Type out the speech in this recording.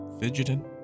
fidgeting